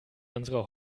unsere